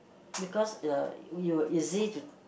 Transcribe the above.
because uh we will easy to